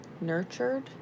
nurtured